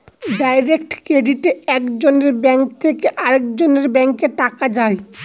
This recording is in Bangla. ডাইরেক্ট ক্রেডিটে এক জনের ব্যাঙ্ক থেকে আরেকজনের ব্যাঙ্কে টাকা যায়